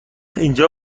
اینجا